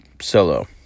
Solo